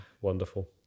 wonderful